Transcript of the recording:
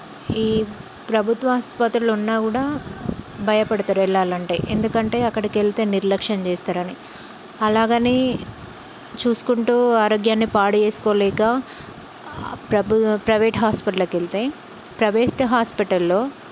ఈ ప్రభుత్వాస్పత్రిలున్నా కూడా భయపడతారు వెళ్ళాలంటే ఎందుకంటే అక్కడికెళ్తే నిర్లక్ష్యం చేస్తారని అలాగని చూసుకుంటూ ఆరోగ్యాన్ని పాడుచేసుకోలేక ప్రభు ప్రైవేట్ హాస్పిటల్కెళ్తే ప్రైవేట్ హాస్పిటల్లో